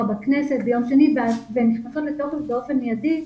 בכנסת והן נכנסות לתוקף באופן מיידי,